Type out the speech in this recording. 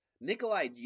Nikolai